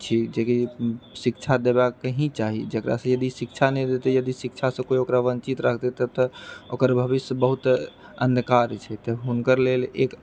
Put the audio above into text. छी जरुर शिक्षा देबाक ही चाही जेकरासँ भी शिक्षा नहि रहैत छै यदि शिक्षासँ केओ ओकरा वञ्चित राखतै तऽ फेर ओकर भविष्य बहुत अन्धकार हो जेतै हुनकर लेल एक